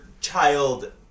child